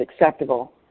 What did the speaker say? acceptable